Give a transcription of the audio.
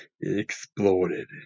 exploded